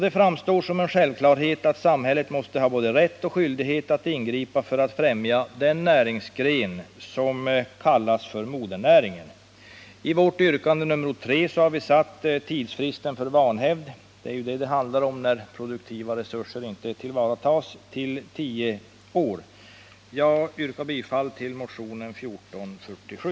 Det framstår som en självklarhet att samhället måste ha både rätt och skyldighet att ingripa för att främja den näringsgren som kallas för modernäringen. I vårt yrkande nr 3 har vi satt tidsfristen för vanhävd — för det är ju vad det handlar om när produktiva resurser inte tillvaratas — till tio år. Jag yrkar bifall till motionen 1447.